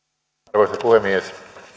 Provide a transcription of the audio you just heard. arvoisa puhemies